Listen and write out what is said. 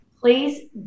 please